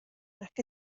nac